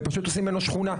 ופשוט עושים ממנו שכונה.